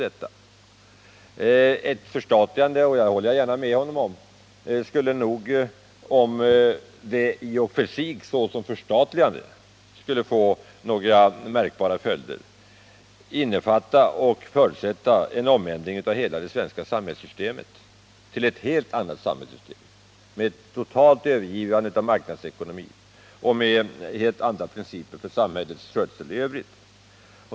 Ett förstatligande måste nog — det håller jag gärna med honom om - för att få märkbara följder innefatta och förutsätta en ändring av hela det svenska samhällssystemet till ett helt annat samhällssystem med totalt övergivande av marknadsekonomin och med helt andra principer för samhällets skötsel i övrigt.